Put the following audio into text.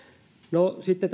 sitten